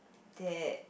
that